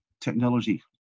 technology